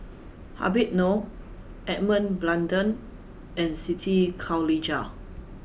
Habib Noh Edmund Blundell and Siti Khalijah